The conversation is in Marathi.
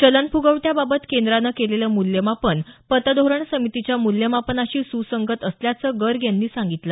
चलन फ्गवट्या बाबत केंद्रानं केलेलं मूल्यमापन पतधोरण समितीच्या मूल्यमापनाशी सुसंगत असल्याचं गर्ग यांनी सांगितलं